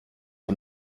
wir